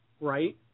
right